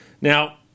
Now